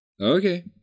Okay